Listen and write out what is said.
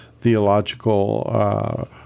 theological